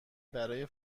برای